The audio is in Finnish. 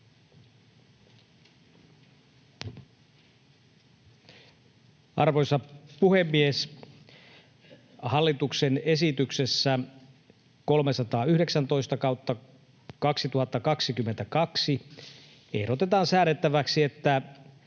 Arvoisa puhemies! Hallituksen esityksessä 319/2022 ehdotetaan säädettäväksi, että